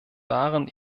waren